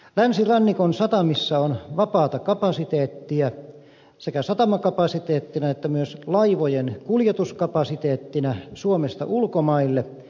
länsirannikon satamissa on vapaata kapasiteettia sekä satamakapasiteettina että myös laivojen kuljetuskapasiteettina suomesta ulkomaille